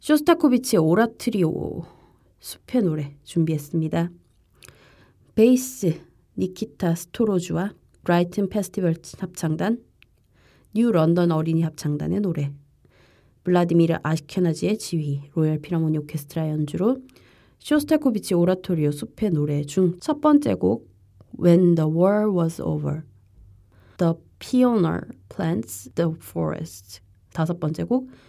쇼스타코비치의 오라토리오 숲의 노래 준비했습니다. 베이스 니키타 스토로주와 브라이튼 페스티벌 합창단, 뉴런던 어린이 합창단의 노래, 블라디미르 아시케나지의 지휘, 로열 필하모니 오케스트라의 연주로 쇼스타코비치 오라토리오 숲의 노래 중 첫 번째 곡 When the War Was Over, The Pioneer Plants the Forest, 다섯 번째 곡